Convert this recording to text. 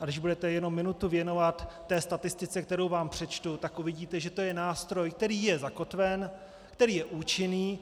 Když budete jenom minutu věnovat té statistice, kterou vám přečtu, tak uvidíte, že to je nástroj, který je zakotven, který je účinný.